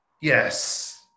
Yes